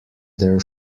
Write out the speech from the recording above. their